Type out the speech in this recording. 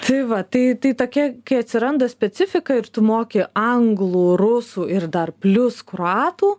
tai va tai tai tokia kai atsiranda specifika ir tu moki anglų rusų ir dar plius kroatų